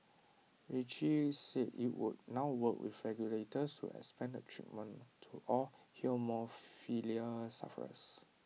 Roche said IT would now work with regulators to expand the treatment to all haemophilia sufferers